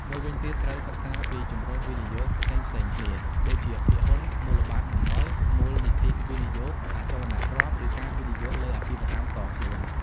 មួយវិញទៀត ត្រូវសិក្សាពីជម្រើសវិនិយោគផ្សេងៗគ្នា ដូចជាភាគហ៊ុន មូលបត្របំណុល មូលនិធិវិនិយោគ អចលនទ្រព្យ ឬការវិនិយោគលើអាជីវកម្មផ្ទាល់ខ្លួន។